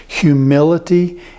Humility